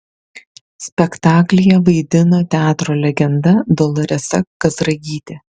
spektaklyje vaidino teatro legenda doloresa kazragytė